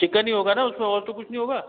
chicken ही होगा न उसमें और तो कुछ नहीं होगा